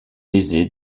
aisée